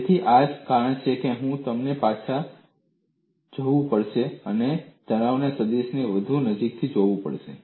તેથી આ જ કારણ છે કે મેં કહ્યું કે તમારે પાછા જવું પડશે અને તણાવ સદીશને વધુ નજીકથી જોવું પડશે